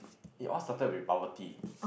it all salted with bubble tea